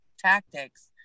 tactics